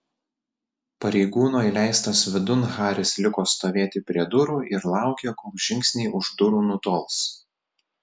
pareigūno įleistas vidun haris liko stovėti prie durų ir laukė kol žingsniai už durų nutols